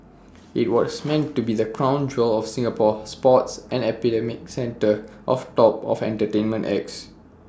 IT was meant to be the crown jewel of Singapore sports and the epicentre of top entertainment acts